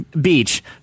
beach